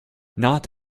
not